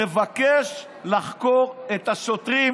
מבקש לחקור את השוטרים